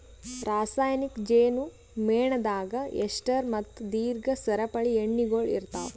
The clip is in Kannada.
ರಾಸಾಯನಿಕ್ ಜೇನು ಮೇಣದಾಗ್ ಎಸ್ಟರ್ ಮತ್ತ ದೀರ್ಘ ಸರಪಳಿ ಎಣ್ಣೆಗೊಳ್ ಇರ್ತಾವ್